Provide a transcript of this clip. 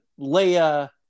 Leia